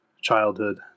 childhood